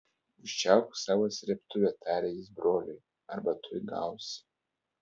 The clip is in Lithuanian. užčiaupk savo srėbtuvę tarė jis broliui arba tuoj gausi